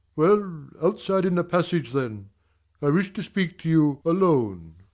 well, outside in the passage, then i wish to speak to you alone.